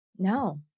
No